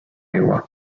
juua